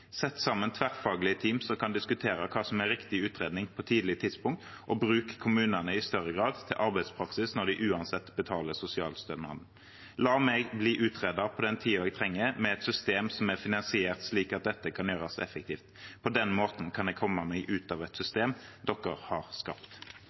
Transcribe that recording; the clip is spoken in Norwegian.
sammen tverrfaglige team som kan diskutere hva som er riktig utredning på et tidlig tidspunkt, og bruk kommunene i større grad til arbeidspraksis når de uansett betaler sosialstønaden. La meg bli utredet på den tida jeg trenger, med et system som er finansiert slik at dette kan gjøres effektivt. På den måten kan jeg komme meg ut av et